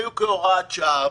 היו כהוראת שעה,